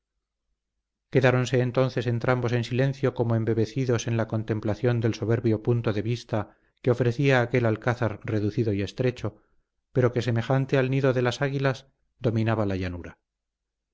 quedáronse entonces entrambos en silencio como embebecidos en la contemplación del soberbio punto de vista que ofrecía aquel alcázar reducido y estrecho pero que semejante al nido de las águilas dominaba la llanura